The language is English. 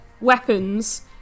weapons